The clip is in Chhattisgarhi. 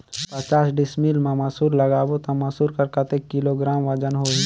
पचास डिसमिल मा मसुर लगाबो ता मसुर कर कतेक किलोग्राम वजन होही?